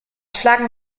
schlagen